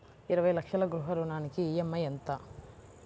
ఇరవై లక్షల గృహ రుణానికి ఈ.ఎం.ఐ ఎంత?